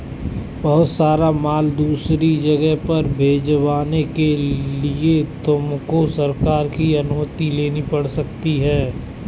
बहुत सारा माल दूसरी जगह पर भिजवाने के लिए तुमको सरकार की अनुमति लेनी पड़ सकती है